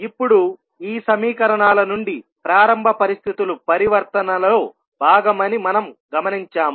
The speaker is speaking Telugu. ఇప్పుడు ఈ సమీకరణాల నుండి ప్రారంభ పరిస్థితులు పరివర్తనలో భాగమని మనం గమనించాము